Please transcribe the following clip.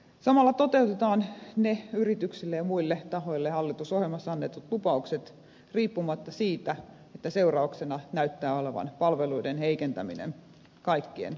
samalla toteutetaan yrityksille ja muille tahoille hallitusohjelmassa annetut lupaukset riippumatta siitä että seurauksena näyttää olevan palveluiden heikentäminen kaikkien kansalaisten osalta